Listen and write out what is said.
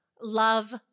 love